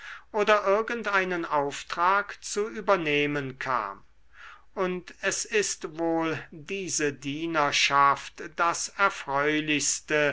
oder irgend einen auftrag zu übernehmen kam und es ist wohl diese dienstschaft das erfreulichste